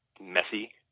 messy